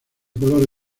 color